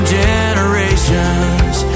generations